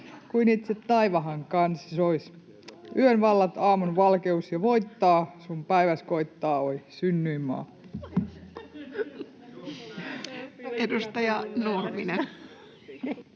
kuin itse taivahan kansi sois. Yön vallat aamun valkeus jo voittaa, sun päiväs koittaa, oi synnyinmaa.” Edustaja Nurminen.